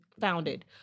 founded